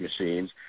machines